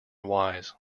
wise